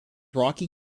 rocky